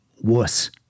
wuss